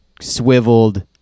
swiveled